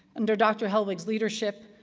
under dr. hellwig's leadership,